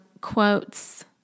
quotes